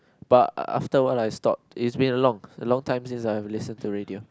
but after a while I stop it's been a long a long time since I've listen to radio